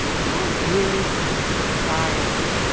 how wearisome is society!